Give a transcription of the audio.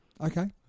Okay